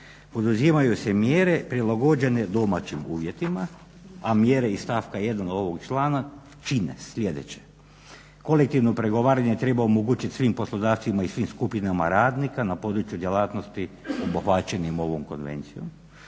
poduzimaju se mjere prilagođene domaćim uvjetima.". A mjere iz stavka 1. ovog člana čine sljedeće: kolektivno pregovaranje treba omogućiti svim poslodavcima i svim skupinama radnika na području djelatnosti obuhvaćenim ovom konvencijom.